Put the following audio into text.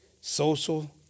Social